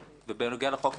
ובנוגע לחוק כמלול,